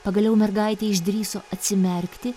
pagaliau mergaitė išdrįso atsimerkti